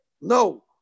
no